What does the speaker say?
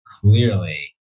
clearly